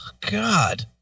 God